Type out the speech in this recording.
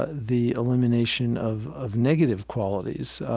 ah the elimination of of negative qualities.